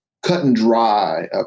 cut-and-dry